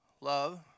love